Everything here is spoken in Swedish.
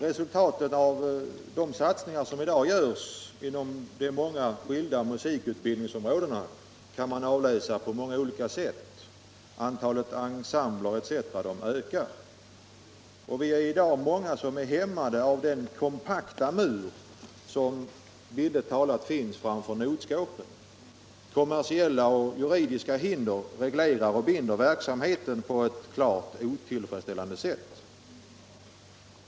Resultatet av de satsningar som i dag görs inom de många musikutbildningsområdena kan avläsas på många olika sätt, t.ex. att antalet musikensembler ökar. Vi är i dag många som är hämmade av den kompakta mur som, bildligt talat, finns framför notskåpen. Kommersiella och juridiska hinder reglerar och binder verksamheten på ett klart otillfredsställande sätt.